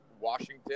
Washington